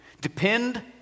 Depend